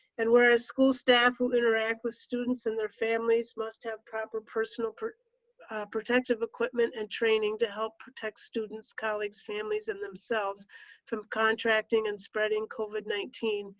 and whereas school staff will interact with students and their families must have proper personal protective equipment and training to help protect students, colleagues, families and themselves from contracting and spreading covid nineteen,